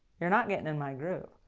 you're not getting in my group.